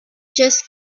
just